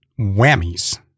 Whammies